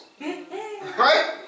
Right